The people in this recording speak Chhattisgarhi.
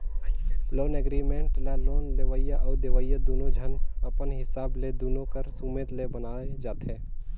लोन एग्रीमेंट ल लोन लेवइया अउ देवइया दुनो झन अपन हिसाब ले दुनो कर सुमेत ले बनाए जाथें